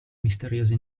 misteriosi